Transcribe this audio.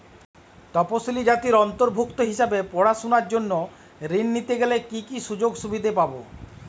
তফসিলি জাতির অন্তর্ভুক্ত হিসাবে পড়াশুনার জন্য ঋণ নিতে গেলে কী কী সুযোগ সুবিধে পাব?